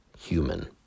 human